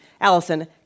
Allison